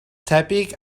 tebyg